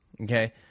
Okay